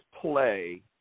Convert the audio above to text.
play